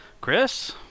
Chris